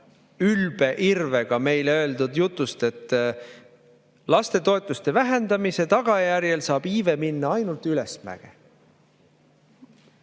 ülbe irvega meile öeldud jutust, et lastetoetuste vähendamise tagajärjel saab iive minna ainult ülesmäge.